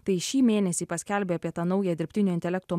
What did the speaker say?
tai šį mėnesį paskelbė apie tą naują dirbtinio intelekto